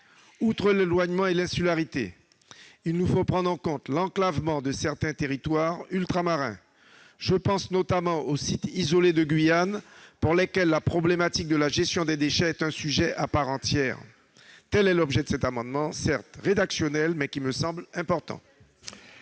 Outre l'éloignement et l'insularité, il convient de prendre en compte l'enclavement de certains territoires ultramarins. Je pense notamment aux sites isolés de Guyane pour lesquels la problématique de gestion des déchets est un sujet à part entière. Cet amendement, certes rédactionnel, me semble important.